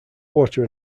water